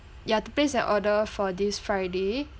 yeah to place an order for this friday